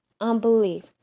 unbelief